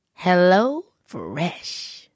HelloFresh